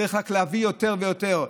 צריך רק להביא יותר ויותר,